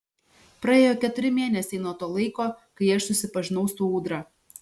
praėjo keturi mėnesiai nuo to laiko kai aš susipažinau su ūdra